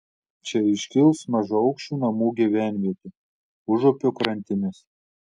čia iškils mažaaukščių namų gyvenvietė užupio krantinės